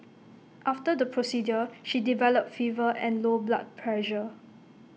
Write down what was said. after the procedure she developed fever and low blood pressure